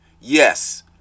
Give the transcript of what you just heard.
Yes